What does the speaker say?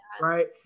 Right